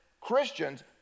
Christians